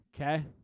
Okay